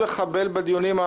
ינסו לעכב את הדיונים,